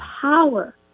power